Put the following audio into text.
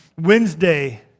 Wednesday